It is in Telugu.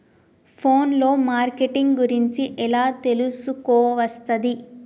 ఫోన్ లో మార్కెటింగ్ గురించి ఎలా తెలుసుకోవస్తది?